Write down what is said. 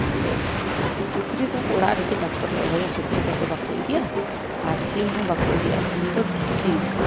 ᱮᱱᱛᱮᱫ ᱥᱩᱠᱨᱤ ᱫᱚ ᱚᱲᱟᱜ ᱨᱮᱜᱮ ᱰᱟᱠᱴᱚᱨ ᱞᱮ ᱦᱚᱦᱚᱣᱟᱭᱟ ᱥᱩᱠᱨᱤ ᱫᱚ ᱛᱚ ᱵᱟᱠᱚ ᱤᱫᱤᱜᱼᱟ ᱟᱨ ᱥᱤᱢ ᱦᱚᱸ ᱵᱟᱠᱚ ᱤᱫᱤᱜᱼᱟ ᱥᱤᱢ ᱫᱚ ᱵᱷᱮᱠᱥᱤᱱ